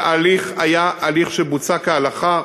שההליך היה הליך שבוצע כהלכה,